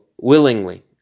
willingly